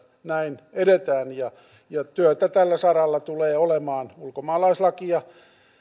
näin edetään työtä tällä saralla tulee olemaan ulkomaalaislakia